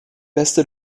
beste